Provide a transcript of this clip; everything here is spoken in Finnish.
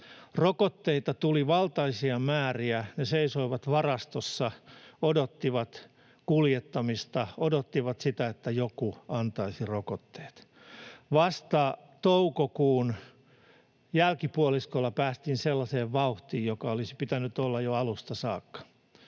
Rokotteita tuli valtaisia määriä, ne seisoivat varastossa, odottivat kuljettamista, odottivat sitä, että joku antaisi rokotteet. Vasta toukokuun jälkipuoliskolla päästiin sellaiseen vauhtiin, joka olisi pitänyt olla jo alusta saakka.